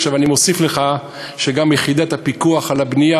עכשיו אני מוסיף לך שגם יחידת הפיקוח על הבנייה,